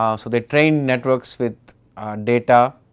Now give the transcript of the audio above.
um so they train networks with data,